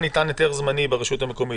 לכמה זמן ניתן היתר זמני ברשות המקומית